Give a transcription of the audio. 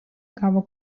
gavo